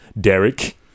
derek